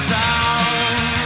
down